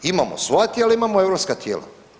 Imamo svoja tijela, imamo europska tijela.